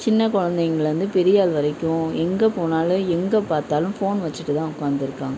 சின்ன குலந்தைங்கள்லேந்து பெரியாள் வரைக்கும் எங்கே போனாலும் எங்கே பார்த்தாலும் ஃபோன் வச்சிட்டு தான் உட்காந்துருக்காங்க